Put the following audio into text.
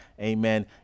amen